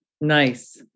Nice